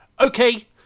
okay